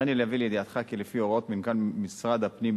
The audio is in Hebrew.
הריני להביא לידיעתך כי לפי הוראות מנכ"ל משרד הפנים,